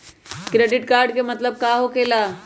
Credit card के मतलब का होकेला?